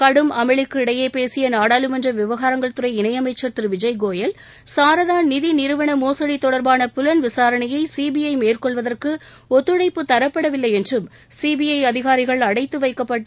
கடும் அமளிக்கு இடையே பேசிய நாடாளுமன்ற விவகாரங்கள் துறை இணையமைச்சர் திரு விஜய் கோயல் சாரதா நிதி நிறுவன மோசடி தொடர்பான புலன் விசாரணையை சிபிஐ மேற்கொள்வதற்கு ஒத்துழைப்புத்தரப்படவில்லை என்றும் சிபிஐ அதிகாரிகள் அடைத்து வைக்கப்பட்டு